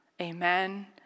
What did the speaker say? Amen